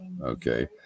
Okay